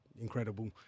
incredible